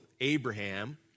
Abraham